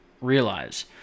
realize